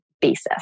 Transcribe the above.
basis